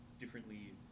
differently